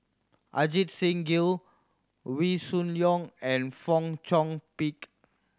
Ajit Singh Gill Wee Shoo Leong and Fong Chong Pik